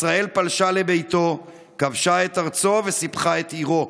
ישראל פלשה לביתו, כבשה את ארצו וסיפחה את עירו.